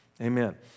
Amen